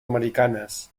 americanes